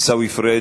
עיסאווי פריג'